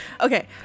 okay